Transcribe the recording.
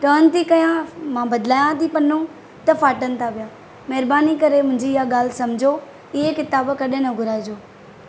turn थी कयां मां बदिलायां थी पनों त फाटनि था पिया महिरबानी करे मुंहिंजी इहा ॻाल्हि समिझो इहे किताब कॾहिं ना घुराइजो